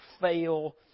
fail